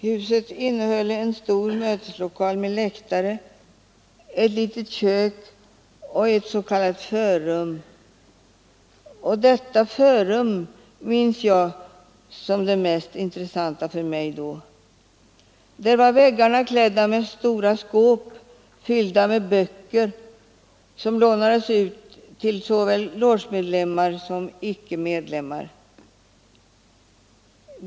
Huset innehöll en stor möteslokal med läktare, ett litet kök och ett s.k. förrum. Detta förrum minns jag som det mest intressanta för mig då. Väggarna var klädda med stora skåp fyllda med böcker, som lånades ut till såväl logemedlemmar som icke medlemmar.